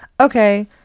okay